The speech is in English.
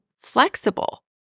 flexible